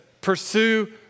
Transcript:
pursue